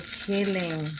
healing